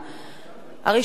הראשון ברשימת הדוברים,